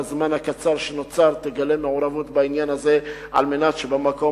שבזמן הקצר שנותר תגלה מעורבות בעניין הזה על מנת שיהיו במקום